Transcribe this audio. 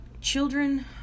children